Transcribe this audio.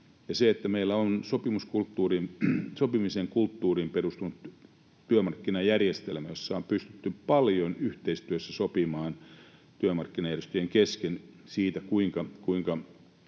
ja se, että meillä on sopimisen kulttuuriin perustunut työmarkkinajärjestelmä, jossa on pystytty paljon yhteistyössä sopimaan työmarkkinajärjestöjen kesken siitä, kuinka